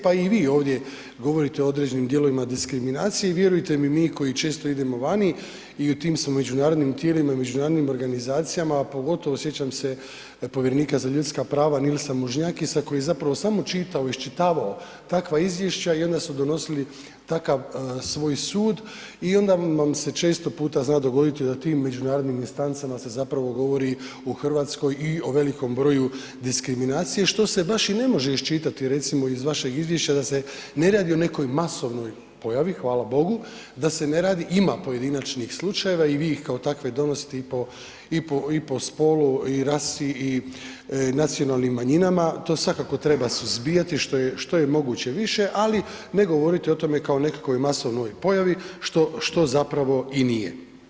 Pa i vi ovdje govorite o određenim dijelovima diskriminacije i vjerujte mi, mi koji često idemo vani i u tim smo međunarodnim tijelima i međunarodnim organizacijama a pogotovo sjećam se povjerenika za ljudska prava Nilsa Muižnieksa koji je zapravo samo čitao, iščitavao takva izvješća i onda su donosili takav svoj sud i onda vam se često puta zna dogoditi da o tim međunarodnim istancama se zapravo govori u Hrvatskoj i o velikom broju diskriminacije što se baš i ne može iščitati recimo iz vašeg izvješća da se ne radi o nekoj masovnoj pojavi, hvala Bogu, ima pojedinačnih slučajeva i vi ih kao takve donosite i po spolu i rasi i nacionalnim manjinama, to svakako treba suzbijati što je moguće više ali ne govoriti o tome kao nekakvoj masovnoj pojavi što zapravo i nije.